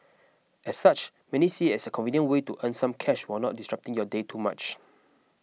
as such many see it as a convenient way to earn some cash while not disrupting your day too much